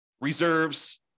reserves